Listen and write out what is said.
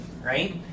right